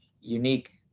unique